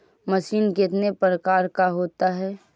Machine कितने प्रकार का होता है?